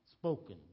spoken